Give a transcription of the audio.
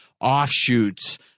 offshoots